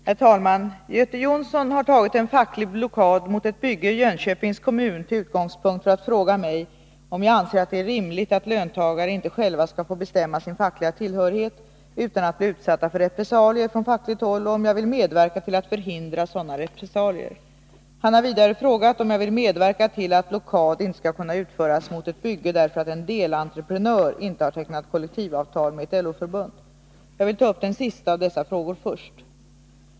Herr talman! Göte Jonsson har tagit en facklig blockad mot ett bygge i Jönköpings kommun till utgångspunkt för att fråga mig om jag anser att det är rimligt att löntagare inte själva skall få bestämma sin fackliga tillhörighet utan att bli utsatta för repressalier från fackligt håll och om jag vill medverka till att förhindra sådana repressalier. Han har vidare frågat mig om jag vill medverka till att blockad inte skall kunna utfärdas mot ett bygge därför att en delentreprenör inte har tecknat kollektivavtal med ett LO-förbund. Jag vill ta upp den sista av dessa frågor först.